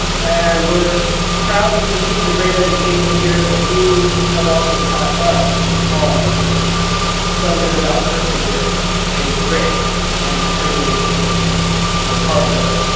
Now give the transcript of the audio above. and we're proud that you received a great education here but you have also taught us all something about perseverance and grit and determination and hard work,